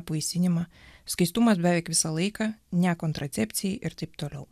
apvaisinimą skaistumas beveik visą laiką ne kontracepcijai ir taip toliau